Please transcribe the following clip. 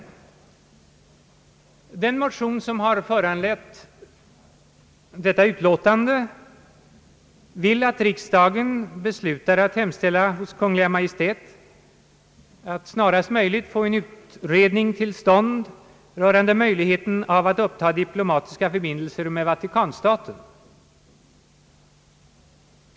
I den motion, som föranlett utrikesutskottets utlåtande, föreslås att riksdagen skall besluta hemställa hos Kungl. Maj:t att snarast möjligt få till stånd en utredning rörande möjligheten av att upptaga diplomatiska förbindelser med Vatikanstaten.